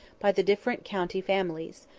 by the different county families,